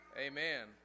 Amen